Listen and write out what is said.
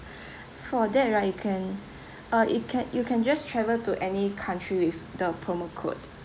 for that right you can uh it can you can just travel to any country with the promo code